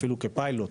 אפילו כפיילוט,